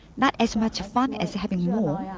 not as much fun as having more.